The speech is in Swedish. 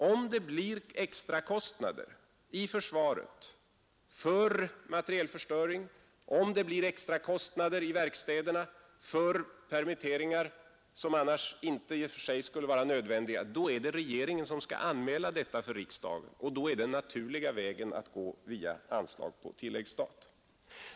Om det blir extrakostnader i försvaret för materielförstöring, om det blir extrakostnader i verkstäderna för permitteringar som i och för sig inte skulle vara nödvändiga, då är det regeringen som skall anmäla detta för riksdagen och då är den naturliga vägen att gå via anslag på tilläggsstat.